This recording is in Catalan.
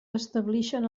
establixen